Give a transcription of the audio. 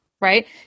right